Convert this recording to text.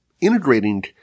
integrating